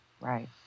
Right